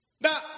Now